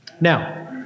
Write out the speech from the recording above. Now